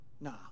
Nah